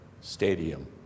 stadium